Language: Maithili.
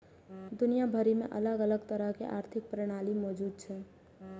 दुनिया भरि मे अलग अलग तरहक आर्थिक प्रणाली मौजूद छै